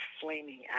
flaming